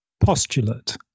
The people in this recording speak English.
postulate